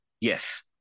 Yes